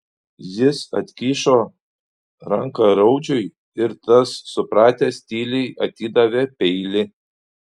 jis atkišo ranką raudžiui ir tas supratęs tyliai atidavė peilį